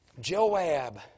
Joab